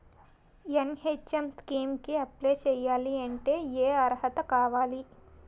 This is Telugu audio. ఎన్.హెచ్.ఎం స్కీమ్ కి అప్లై చేయాలి అంటే ఏ అర్హత కావాలి?